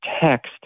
text